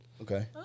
Okay